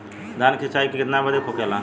धान की सिंचाई की कितना बिदी होखेला?